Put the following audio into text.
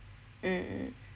mm